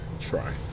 try